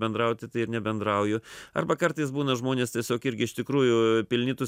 bendrauti tai ir nebendrauju arba kartais būna žmonės tiesiog irgi iš tikrųjų pilni tų